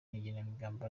n’igenamigambi